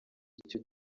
icyo